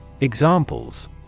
Examples